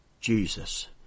Jesus